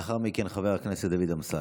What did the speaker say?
לאחר מכן, חבר הכנסת דוד אמסלם.